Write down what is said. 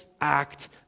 act